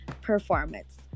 performance